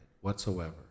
whatsoever